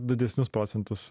didesnius procentus